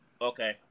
Okay